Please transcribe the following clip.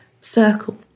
circle